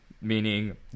meaning